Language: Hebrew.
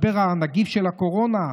משבר נגיף הקורונה,